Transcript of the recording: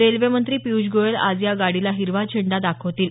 रेल्वेमंत्री पियूष गोयल आज या गाडीला हिरवा झेंडा दाखवतील